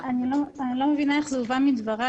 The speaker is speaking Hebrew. אני לא מבינה איך זה הובן מדבריי,